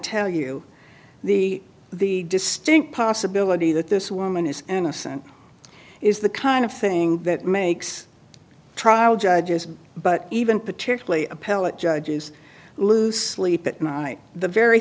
tell you the the distinct possibility that this woman is innocent is the kind of thing that makes trial judges but even particularly appellate judges loosely put my the very